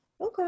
okay